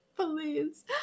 please